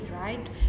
right